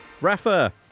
Rafa